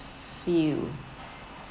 feel